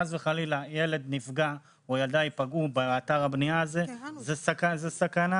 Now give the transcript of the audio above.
ילד או ילדה ייפגעו באתר הבנייה זו סכנה